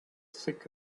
thick